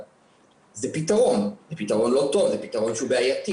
זה פתרון, פתרון לא טוב, פתרון שהוא בעייתי.